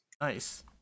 Nice